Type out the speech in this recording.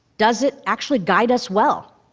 does it actually guide us well?